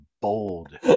bold